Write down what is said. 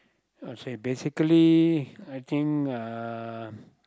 oh say basically I think uh